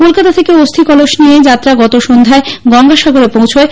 কলকাতা থেকে অস্থিকলস নিয়ে যাত্রা গত সন্ধ্যায় গঙ্গাসাগরে পৌঁছোয়